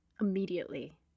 immediately